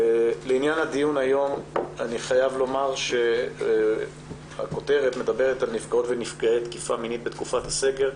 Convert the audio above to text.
הכותרת של הדיון היום מדברת על נפגעות ונפגעי תקיפה מינית בתקופת הסגר,